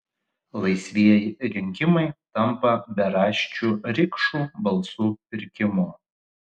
laisvieji rinkimai tampa beraščių rikšų balsų pirkimu